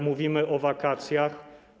Mówimy o wakacjach.